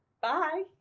Bye